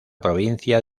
provincia